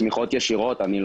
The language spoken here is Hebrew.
אנחנו